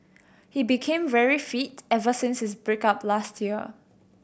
he became very fit ever since his break up last year